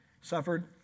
suffered